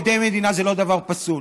עדי מדינה זה לא דבר פסול,